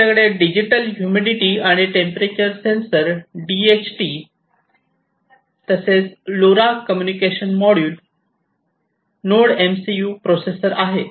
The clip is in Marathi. आपल्याकडे डिजिटल हुमिडिटी आणि टेंपरेचर सेंसर तसेच LoRa communication module node MCU processor आहेत